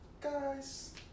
guys